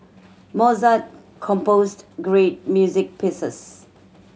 Mozart composed great music pieces